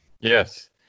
Yes